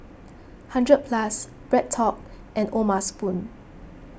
hundred Plus BreadTalk and O'ma Spoon